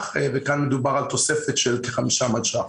וכאן מדובר על תוספת של כ-5 מיליון שקלים.